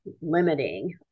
limiting